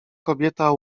kobieta